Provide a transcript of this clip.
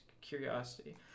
curiosity